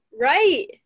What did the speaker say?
Right